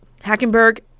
Hackenberg